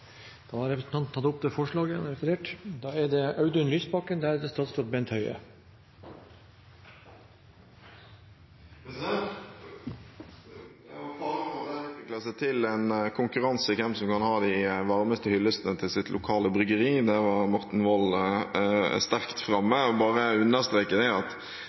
for at dette utvikler seg til en konkurranse om hvem som kan ha de varmeste hyllestene til sitt lokale bryggeri – der var Morten Wold sterkt framme – må jeg bare understreke at jeg tror at for alle oss bergensere i salen er det ikke sånn at